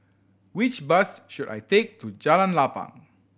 which bus should I take to Jalan Lapang